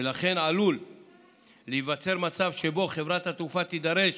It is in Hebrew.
ולכן עלול להיווצר מצב שבו חברת התעופה תידרש